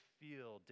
feel